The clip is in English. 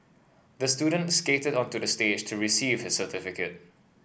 the student skated onto the stage to receive his certificate